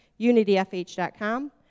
unityfh.com